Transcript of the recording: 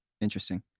interesting